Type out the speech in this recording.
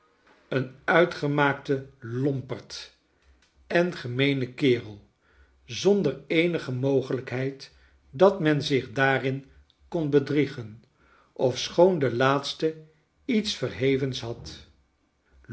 een uitgemaakte lomperd en gemeene kerel zondfer eenige mogelrjkheid dat men zich daarin kon bedriegen ofschoon de laatste lets verhevens had